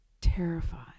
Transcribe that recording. terrified